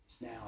now